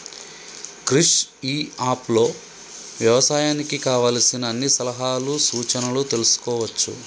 క్రిష్ ఇ అప్ లో వ్యవసాయానికి కావలసిన అన్ని సలహాలు సూచనలు తెల్సుకోవచ్చు